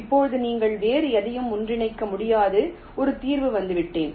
இப்போது நீங்கள் வேறு எதையும் ஒன்றிணைக்க முடியாத ஒரு தீர்வுக்கு வந்துவிட்டேன்